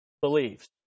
believes